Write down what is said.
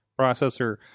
processor